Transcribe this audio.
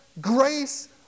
grace